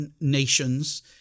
nations